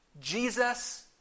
Jesus